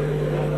2)